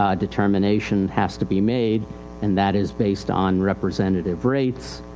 ah determination has to be made and that is based on representative rates.